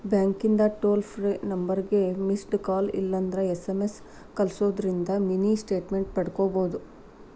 ಬ್ಯಾಂಕಿಂದ್ toll free ನಂಬರ್ಗ missed call ಇಲ್ಲಂದ್ರ ಎಸ್.ಎಂ.ಎಸ್ ಕಲ್ಸುದಿಂದ್ರ ಮಿನಿ ಸ್ಟೇಟ್ಮೆಂಟ್ ಪಡ್ಕೋಬೋದು